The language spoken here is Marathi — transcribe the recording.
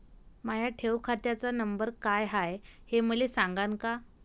माया ठेव खात्याचा नंबर काय हाय हे मले सांगान का?